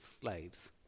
slaves